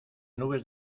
nubes